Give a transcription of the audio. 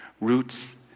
roots